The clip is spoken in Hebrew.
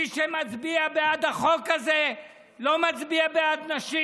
מי שמצביע בעד החוק הזה לא מצביע בעד נשים,